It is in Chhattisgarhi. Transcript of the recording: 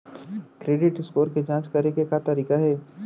क्रेडिट स्कोर के जाँच करे के का तरीका हे?